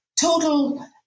total